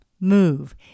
move